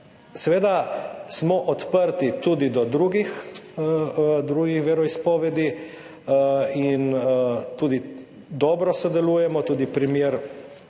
Seveda smo odprti tudi do drugih veroizpovedi in tudi dobro sodelujemo. Tudi primer,